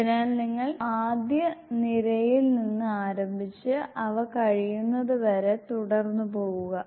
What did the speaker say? അതിനാൽ നിങ്ങൾ ഈ ആദ്യ നിരയിൽ നിന്ന് ആരംഭിച്ച് അവ കഴിയുന്നത് വരെ തുടർന്ന് പോവുക